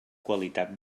qualitat